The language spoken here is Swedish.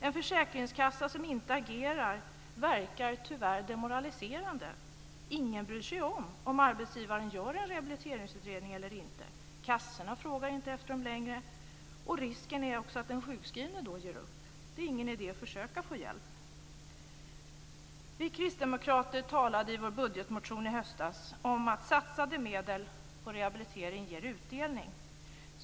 En försäkringskassa som inte agerar verkar tyvärr demoraliserande. Ingen bryr sig om ifall arbetsgivaren gör en rehabiliteringsutredning eller inte. Kassorna frågar inte efter dem längre, och risken är också att den sjukskrivne då ger upp; det är ändå ingen idé att försöka få hjälp. Vi kristdemokrater talade i vår budgetmotion i höstas om att medel som satsas på rehabilitering ger utdelning.